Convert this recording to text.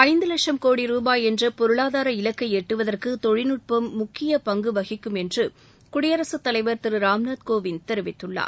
ஐந்து வட்சம் கோடி ரூபாய் என்ற பொருளாதார இலக்கை எட்டுவதற்கு தொழில்நுட்பம் முக்கிய பங்கு வகிக்கும் என்று குடியரசுத் தலைவர் திரு ராம்நாத் கோவிந்த் தெரிவித்துள்ளார்